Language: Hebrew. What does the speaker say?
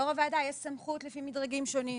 ליו"ר הוועדה יש סמכות לפי מדרגים שונים,